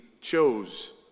chose